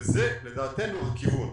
וזה לדעתנו הכיוון.